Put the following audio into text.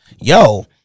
Yo